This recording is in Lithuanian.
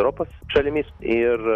europos šalimis ir